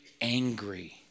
angry